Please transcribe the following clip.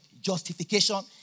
justification